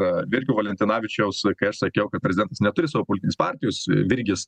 virgio valentinavičiaus kai aš sakiau kad prezidentas neturi savo politinės partijos virgis